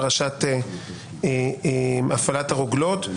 פרשת הפעלת הרוגלות.